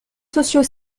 sociaux